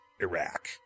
Iraq